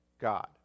God